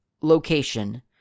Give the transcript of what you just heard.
location